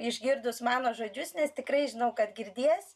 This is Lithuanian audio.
išgirdus mano žodžius nes tikrai žinau kad girdės